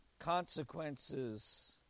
consequences